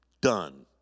done